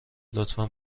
لطفا